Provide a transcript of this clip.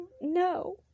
no